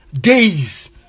days